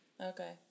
Okay